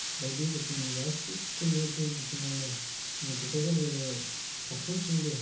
बायदि रोखोमनि गासैबथिंनिफ्रायबो बिथिंआवनो जोंनि क'क्राझार जिल्लायाव फारफ्रोमथिंबो